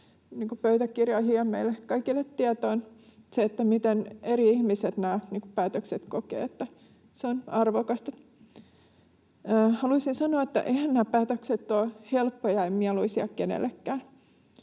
pöytäkirjoihin ja meille kaikille tietoon, miten eri ihmiset nämä päätökset kokevat. Se on arvokasta. Haluaisin sanoa, että eihän nämä päätökset ole helppoja ja mieluisia kenellekään.